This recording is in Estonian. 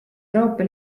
euroopa